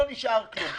לא נשאר כלום.